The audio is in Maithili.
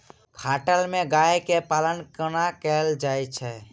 खटाल मे गाय केँ पालन कोना कैल जाय छै?